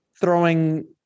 throwing